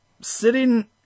sitting